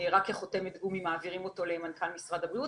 רק כחותמת גומי מעבירים אותו למנכ"ל משרד הבריאות.